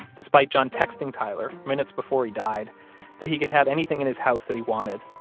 despite john texting tyler minutes before he died that he could have anything in his house that he wanted,